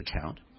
account